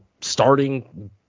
starting